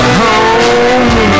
home